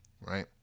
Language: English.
right